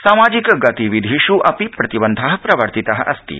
सामाजिक गतिविधिष् अपि प्रतिबन्ध प्रवर्तित अस्ति